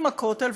לכותל,